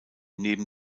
neben